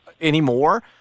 anymore